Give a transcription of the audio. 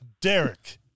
Derek